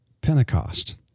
Pentecost